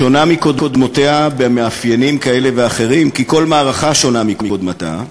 שונה מקודמותיה במאפיינים כאלה ואחרים כי כל מערכה שונה מקודמתה,